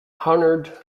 honoured